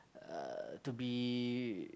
uh to be